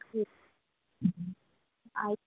ठीक आइ